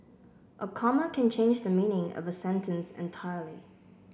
a comma can change the meaning of a sentence entirely